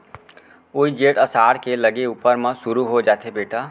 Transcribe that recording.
वोइ जेठ असाढ़ के लगे ऊपर म सुरू हो जाथे बेटा